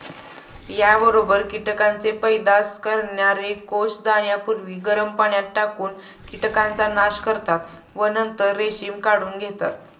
याबरोबर कीटकांचे पैदास करणारे कोष जाण्यापूर्वी गरम पाण्यात टाकून कीटकांचा नाश करतात व नंतर रेशीम काढून घेतात